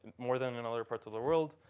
more than in other parts of the world.